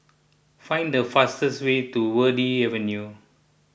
find the fastest way to Verde Avenue